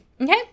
Okay